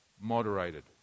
moderated